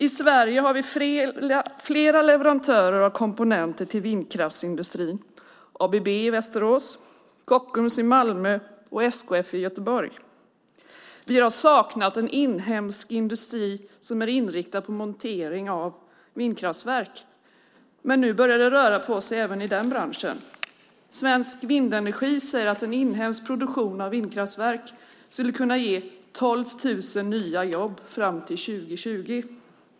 I Sverige har vi flera leverantörer av komponenter till vindkraftsindustrin - ABB i Västerås, Kockums i Malmö och SKF i Göteborg. Vi har saknat en inhemsk industri inriktad på montering av vindkraftverk, men nu börjar det röra på sig även i den branschen. Svensk Vindenergi säger att en inhemsk produktion av vindkraftverk skulle kunna ge 12 000 nya jobb fram till 2020.